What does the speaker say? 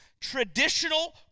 traditional